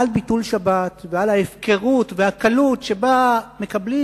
על ביטול שבת, ועל ההפקרות והקלות שבה מקבלים